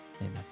Amen